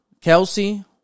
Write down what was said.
Kelsey